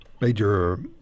Major